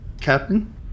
Captain